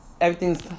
everything's